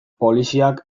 poliziak